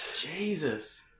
Jesus